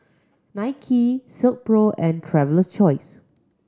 Nike Silkpro and Traveler's Choice